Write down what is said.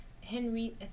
Henry